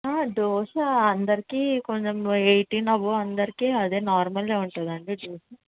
dose అందరికీ కొంచెం eighteen above అందరికీ అదే నార్మలే ఉంటుంది అండి డోసు